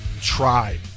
try